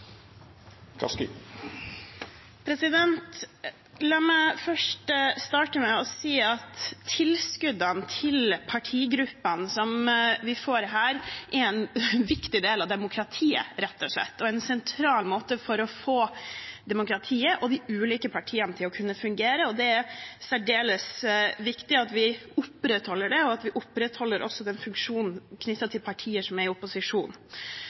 uttrykk. La meg starte med å si at tilskuddene til partigruppene som vi får her, er en viktig del av demokratiet, rett og slett, og en sentral måte for å få demokratiet og de ulike partiene til å kunne fungere. Det er særdeles viktig at vi opprettholder det, og at vi også opprettholder den funksjonen for partier som er i opposisjon.